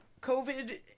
COVID